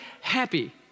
happy